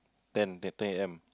ten ten ten A_M